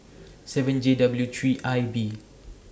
seven J W three I B